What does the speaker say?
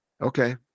Okay